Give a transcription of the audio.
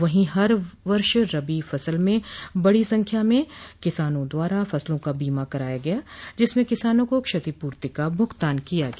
वहीं हर वर्ष रबी फसल में बड़ी संख्या में किसानों द्वारा फसलों का बीमा कराया गया जिसमें किसानों को क्षतिपूर्ति का भुगतान किया गया